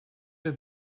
have